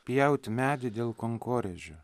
pjauti medį dėl konkorėžių